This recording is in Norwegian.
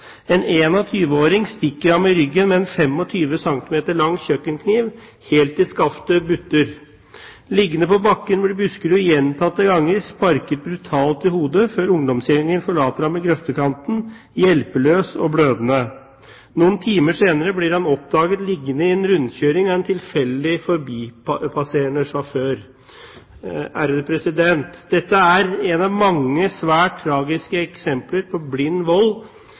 En 21-åring stikker ham i ryggen med en 25 centimeter lang kjøkkenkniv helt til skaftet butter. Liggende på bakken blir Buskerud gjentatte ganger sparket brutalt i hodet før ungdomsgjengen forlater ham i grøftekanten, hjelpeløs og blødende. Noen timer senere blir han oppdaget liggende i en rundkjøring av en tilfeldig forbipasserende sjåfør. Dette er et av mange, svært tragiske eksempler på blind vold